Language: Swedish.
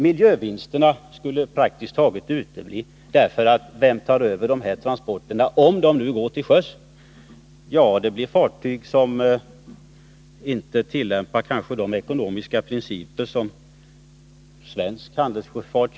Miljövinsterna skulle praktiskt taget utebli eftersom man inte vet vem det är som tar över dessa transporter om de nu skulle gå till sjöss. Det kan bli fråga om fartyg som kanske inte tillämpar samma ekonomiska principer som svensk handelssjöfart.